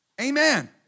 Amen